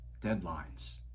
deadlines